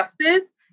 Justice